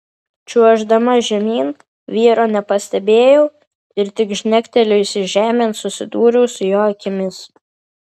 čiuoždama žemyn vyro nepastebėjau ir tik žnektelėjusi žemėn susidūriau su jo akimis